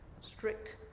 strict